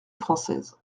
française